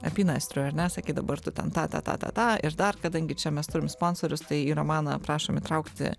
apynasrio ar ne sakai dabar tu ten tą tą tą tą ir dar kadangi čia mes turim sponsorius tai ir man prašom įtraukti